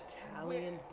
Italian